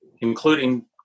including